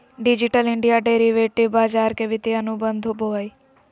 digital India derivative बाजार के वित्तीय अनुबंध होबो हइ